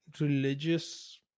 religious